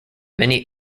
many